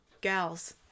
gals